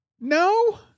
No